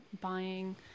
buying